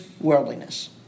worldliness